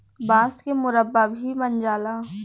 बांस के मुरब्बा भी बन जाला